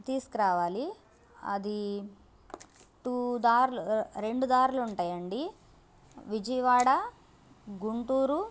తీసుకురావాలి అది టూ దారులు రెండు దారులు ఉంటాయండి విజయవాడ గుంటూరు